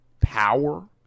power